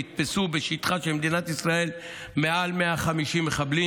נתפסו בשטחה של מדינת ישראל מעל 150 מחבלים,